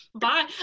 bye